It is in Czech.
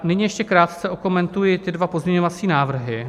Nyní ještě krátce okomentuji ty dva pozměňovací návrhy.